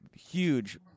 huge